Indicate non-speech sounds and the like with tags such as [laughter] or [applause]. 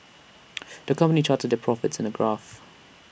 [noise] the company charted their profits in A graph